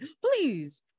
please